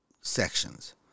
sections